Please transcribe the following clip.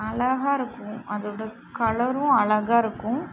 அழகாக இருக்கும் அதோட கலரும் அழகாக இருக்கும்